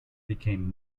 became